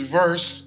verse